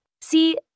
See